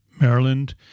Maryland